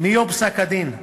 מיום פסק-הדין.